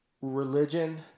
religion